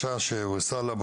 ההכשרות.